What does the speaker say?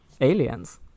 Aliens